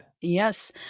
Yes